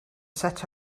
set